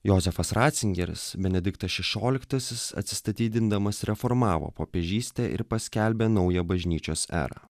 jozefas ratzingeris benediktas šešioliktasis atsistatydindamas reformavo popiežystę ir paskelbė naują bažnyčios erą